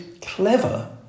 clever